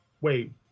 wait